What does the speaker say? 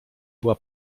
była